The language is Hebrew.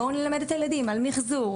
בואו נלמד את התלמידים על מחזור,